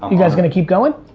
you guys gonna keep going?